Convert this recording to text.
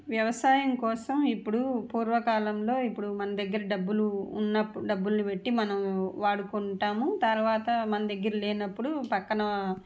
వ్యవసాయం కోసం ఇప్పుడు పూర్వకాలములో ఇప్పుడు మన దగ్గర డబ్బులు ఉన్నప్పుడు డబ్బులను బట్టి మనం వాడుకుంటాము తర్వాత మన దగ్గర లేనప్పుడు పక్కన